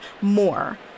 more